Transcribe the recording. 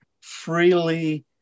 freely